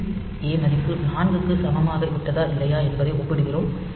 பின் A மதிப்பு 4 க்கு சமமாகிவிட்டதா இல்லையா என்பதை ஒப்பிடுகிறோம்